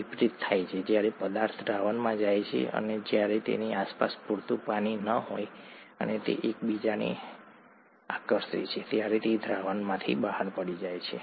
વિપરીત થાય છે જ્યારે પદાર્થ દ્રાવણમાં જાય છે અને જ્યારે તેની આસપાસ પૂરતું પાણી ન હોય અને તે એકબીજાને આકર્ષે છે ત્યારે તે દ્રાવણમાંથી બહાર પડી જાય છે